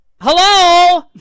hello